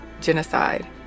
genocide